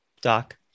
doc